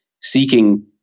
seeking